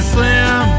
Slim